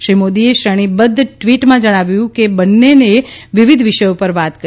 શ્રી મોદીએ શ્રેણીબદ્ધ ટ્વીટમાં જણાવ્યું કે બંનેએ વિવિધ વિષયો પર વાત કરી